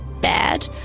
bad